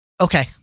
Okay